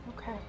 okay